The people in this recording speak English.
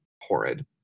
horrid